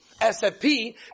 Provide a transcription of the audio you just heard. SFP